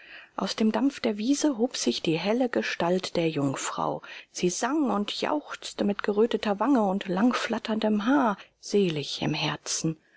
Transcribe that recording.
aus dem dampf der wiese hob sich die helle gestalt der jungfrau sie sang und jauchzte mit geröteter wange und langflatterndem haar selig im herzen